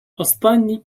останній